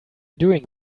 doing